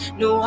no